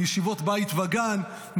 מישיבות בית וגן,